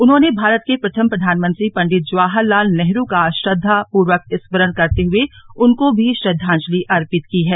उन्होंने भारत के प्रथम प्रधानमंत्री पंडित जवाहरलाल नेहरू का श्रद्वा पूर्वक स्मरण करते हुए उनको भी श्रद्वांजलि अर्पित की है